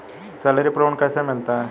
Salary पर loan कैसे मिलता है?